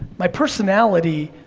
my personality